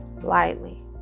lightly